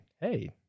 hey